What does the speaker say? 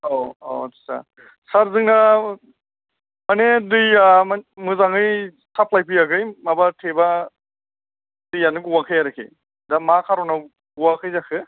औ औ आटसा सार जोंना मानि दैया मोजाङै साप्लाइ फैयाखै माबा टेबआ दैयानो ग'वाखै आरोखि दा मा खार'नाव ग'वाखै जाखो